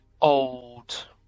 old